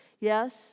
Yes